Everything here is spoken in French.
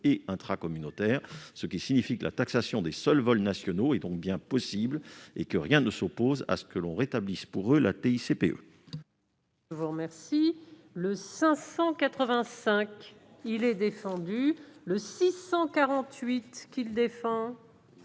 et intracommunautaires, ce qui signifie donc que la taxation des seuls vols nationaux est bien possible et que rien ne s'oppose à ce que l'on rétablisse pour eux la TICPE.